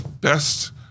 Best